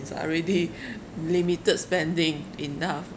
cause I already limited spending enough